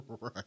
right